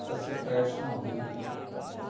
तस्य प्रेषणमपि